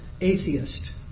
atheist